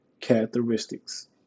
characteristics